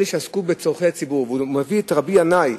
אלה שעסקו בצורכי הציבור, ומביא את רבי ינאי,